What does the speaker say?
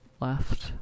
left